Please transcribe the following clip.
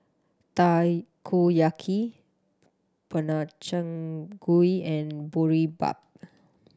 Takoyaki Gobchang Gui and Boribap